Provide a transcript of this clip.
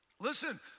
Listen